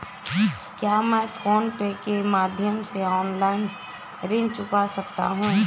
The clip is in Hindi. क्या मैं फोन पे के माध्यम से ऑनलाइन ऋण चुका सकता हूँ?